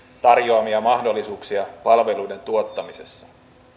tarjoamia mahdollisuuksia palveluiden tuottamisessa